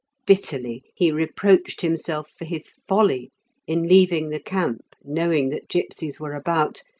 bitterly he reproached himself for his folly in leaving the camp, knowing that gipsies were about,